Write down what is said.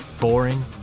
boring